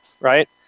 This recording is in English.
Right